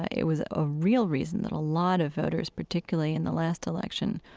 ah it was a real reason that a lot of voters, particularly in the last election,